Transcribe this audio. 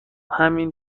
همین